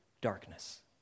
darkness